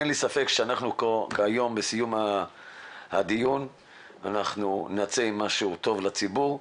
אין לי ספק היום שאנחנו בסיום הדיון נצא עם משהו טוב לציבור.